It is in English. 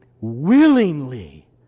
willingly